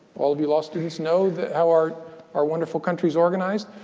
all the law students know that our our wonderful country is organized.